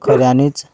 खऱ्यानीच